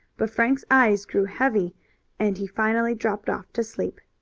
but frank's eyes grew heavy and he finally dropped off to sleep.